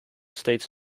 states